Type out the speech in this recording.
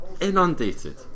inundated